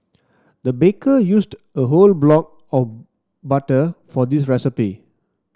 the baker used a whole block of butter for this recipe